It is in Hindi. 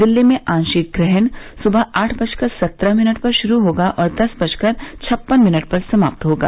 दिल्ली में आंशिक ग्रहण सुबह आठ बजकर सत्रह मिनट पर शुरू होगा और दस बजकर छप्पन मिनट पर समाप्त होगा